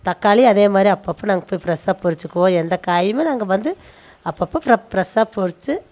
தக்காளி அதே மாதிரி அப்போப்போ நாங்கள் போய் ஃபரெஷ்ஷாக பறிச்சுக்குவோம் எந்த காயும் நாங்கள் வந்து அப்போப்போ ஃபரெஷ்ஷாக பறித்து